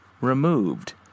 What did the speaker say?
removed